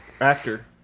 actor